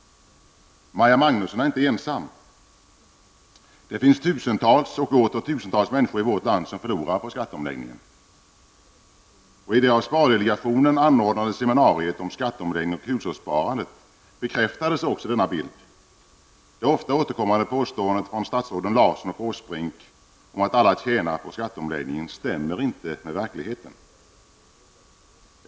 Maja Magnusson är inte ensam. Det finns tusentals och åter tusentals människor i vårt land som förlorar på skatteomläggningen. I det av Spardelegationen anordnade seminariet om skatteomläggningen och hushållssparandet bekräftades också denna bild. Det ofta återkommande påståendet från statsråden Larsson och Åsbrink om att alla tjänar på skatteomläggningen stämmer inte med verkligheten.